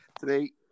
Three